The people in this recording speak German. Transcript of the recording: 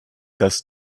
das